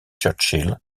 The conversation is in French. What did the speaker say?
churchill